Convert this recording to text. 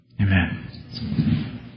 Amen